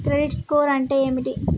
Credit score అంటే ఏమిటి?